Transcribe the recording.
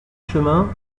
chemin